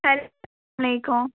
اسلامُ علیکُم